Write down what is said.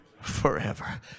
forever